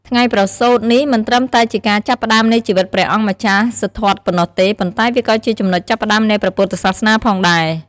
ថ្ងៃប្រសូតនេះមិនត្រឹមតែជាការចាប់ផ្ដើមនៃជីវិតព្រះអង្គម្ចាស់សិទ្ធត្ថប៉ុណ្ណោះទេ ប៉ុន្តែវាក៏ជាចំណុចចាប់ផ្ដើមនៃព្រះពុទ្ធសាសនាផងដែរ។